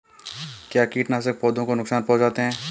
क्या कीटनाशक पौधों को नुकसान पहुँचाते हैं?